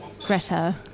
Greta